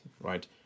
right